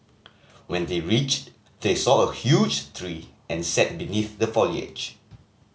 when they reached they saw a huge tree and sat beneath the foliage